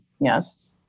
yes